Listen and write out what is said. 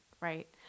Right